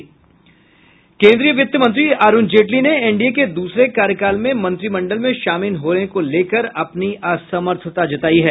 केन्द्रीय वित्त मंत्री अरूण जेटली ने एनडीए के दूसरे कार्यकाल में मंत्रिमंडल में शामिल होने को लेकर अपनी असमर्थता जतायी है